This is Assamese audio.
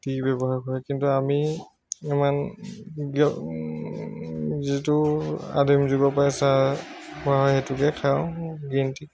টি ব্যৱহাৰ কৰে কিন্তু আমি ইমান যিটো আদিম যুগৰ পৰাই চাহ খোৱা হয় সেইটোকে খাওঁ গ্ৰীণ টি